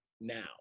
now